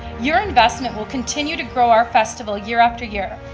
your investment will continue to grow our festival year after year.